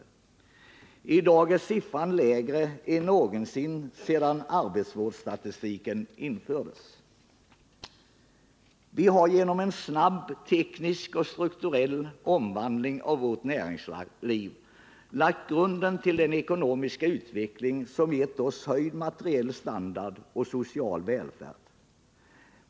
I dag är siffran lägre än någonsin sedan arbetsvårdsstatistiken infördes. Vi har genom en snabb teknisk och strukturell omvandling av vårt näringsliv lagt grunden till den ekonomiska utveckling som gett oss höjd materiell standard och social välfärd.